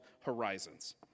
Horizons